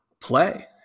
play